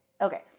Okay